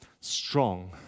Strong